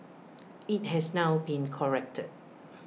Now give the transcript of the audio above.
IT has now been corrected